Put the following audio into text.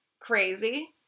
crazy